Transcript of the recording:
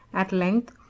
at length,